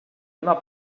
una